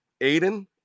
Aiden